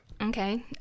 Okay